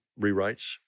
rewrites